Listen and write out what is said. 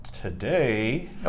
Today